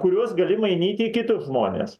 kuriuos gali mainyti į kitus žmones